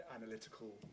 analytical